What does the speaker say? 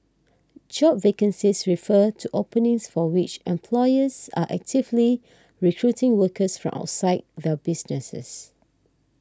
job vacancies refer to openings for which employers are actively recruiting workers from outside their businesses